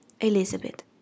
Elizabeth